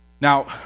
Now